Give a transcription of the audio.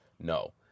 no